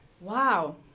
Wow